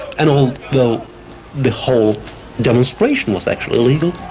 and although the the whole demonstration was actually illegal,